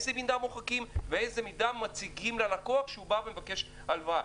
איזה מידע מוחקים ואיזה מידע מציגים ללקוח שהוא בא ומבקש הלוואה.